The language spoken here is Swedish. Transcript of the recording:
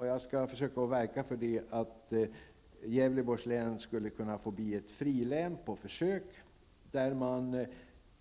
Jag skall försöka verka för att Gävleborgs län på försök får bli ett frilän, där man